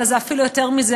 אלא זה אפילו יותר מזה,